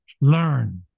Learn